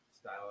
style